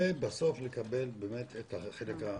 ובסוף לקבל את החלק,